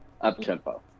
up-tempo